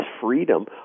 freedom